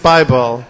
Bible